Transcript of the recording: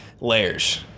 layers